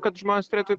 kad žmonės turėtų